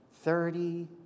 Thirty